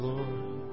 Lord